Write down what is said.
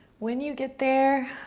when you get there,